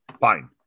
Fine